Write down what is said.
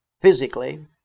physically